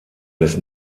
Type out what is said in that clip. des